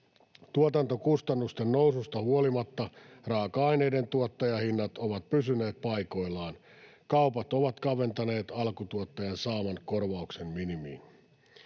Tuotantokustannusten noususta huolimatta raaka-aineiden tuottajahinnat ovat pysyneet paikoillaan. Kaupat ovat kaventaneet alkutuottajan saaman korvauksen minimiin.